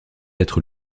être